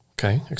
Okay